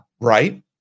right